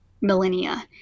millennia